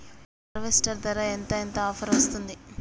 Harvester ధర ఎంత ఎంత ఆఫర్ వస్తుంది?